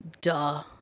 duh